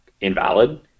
invalid